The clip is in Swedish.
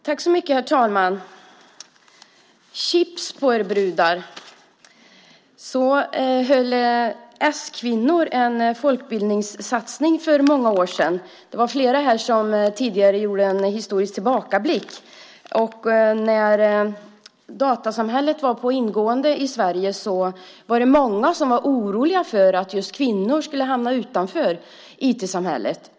Herr talman! Chips på er brudar! S-kvinnor höll en folkbildningssatsning för många år sedan. Det var flera här som tidigare gjorde en historisk tillbakablick. När datasamhället var på ingående i Sverige var det många som var oroliga för att just kvinnor skulle hamna utanför IT-samhället.